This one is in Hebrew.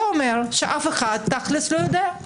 זה אומר שאף אחד תכל'ס לא יודע.